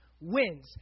wins